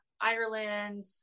Ireland